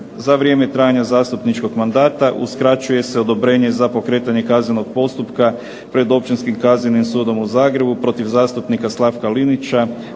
"Za vrijeme trajanja zastupničkog mandata uskraćuje se odobrenje za pokretanje kaznenog postupka pred Općinskim kaznenim sudom u Zagrebu protiv zastupnika Slavka Linića